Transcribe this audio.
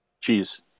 Cheers